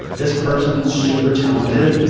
this person, super talented,